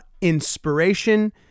inspiration